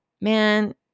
Man